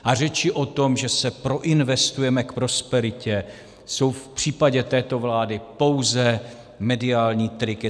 A řeči o tom, že se proinvestujeme k prosperitě, jsou v případě této vlády pouze mediální trik.